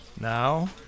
Now